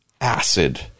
acid